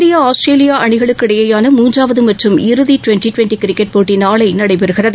India Australia அணிகளுக்கு இடையிலான மூன்றாவது மற்றும் இறுதி டுவென்டி டுவென்டி கிரிக்கெட் நாளை நடைபெறுகிறது